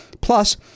plus